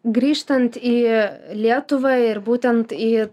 grįžtant į lietuvą ir būtent į